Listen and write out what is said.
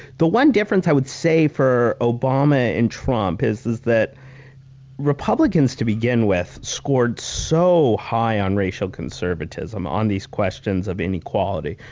the one difference i would say for obama and trump is is that republicans, to begin with, scored so high on racial conservatism, on these questions questions of inequality.